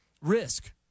risk